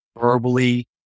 verbally